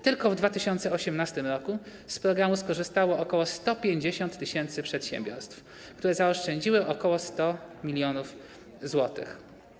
Tylko w 2018 r. z programu skorzystało ok. 150 tys. przedsiębiorstw, które zaoszczędziły ok. 100 mln zł.